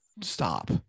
stop